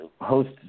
host